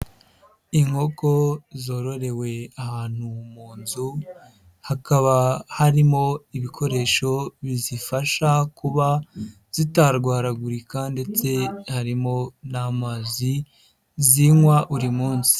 Inkoko zororewe ahantu mu nzu, hakaba harimo ibikoresho bizifasha kuba zitarwaragurika ndetse harimo n'amazi zinywa buri munsi.